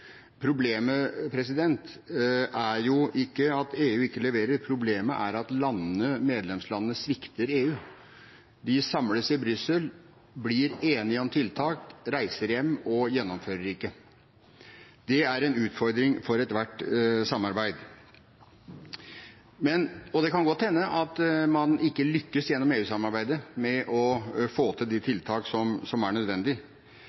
Problemet er jo ikke at EU ikke leverer, problemet er at medlemslandene svikter EU. De samles i Brussel, blir enige om tiltak, reiser hjem og gjennomfører ikke. Det er en utfordring for ethvert samarbeid. Det kan godt hende at man gjennom EU-samarbeidet ikke lykkes med å få til de tiltak som er nødvendig,